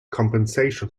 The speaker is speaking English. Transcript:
compensation